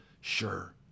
sure